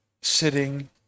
sitting